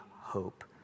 hope